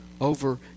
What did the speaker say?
over